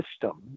system